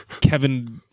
Kevin